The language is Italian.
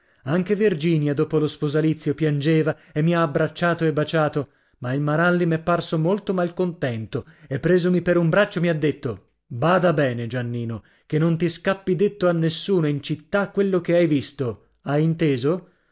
anche virginia dopo lo sposalizio piangeva e mi ha abbracciato e baciato ma il maralli m'è parso molto malcontento e presomi per un braccio mi ha detto bada bene giannino che non ti scappi detto a nessuno in città quello che hai visto hai inteso